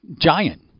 giant